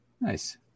Nice